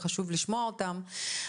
וחשוב לשמוע אותם.